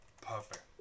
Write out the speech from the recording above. Perfect